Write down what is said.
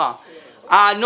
גם עכשיו.